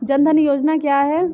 जनधन योजना क्या है?